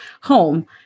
home